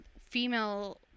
female